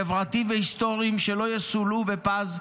חברתיים והיסטוריים שלא יסולאו בפז,